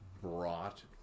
brought